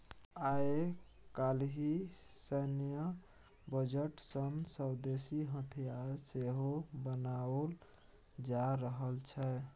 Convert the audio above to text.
आय काल्हि सैन्य बजट सँ स्वदेशी हथियार सेहो बनाओल जा रहल छै